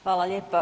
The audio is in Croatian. Hvala lijepa.